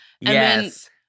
Yes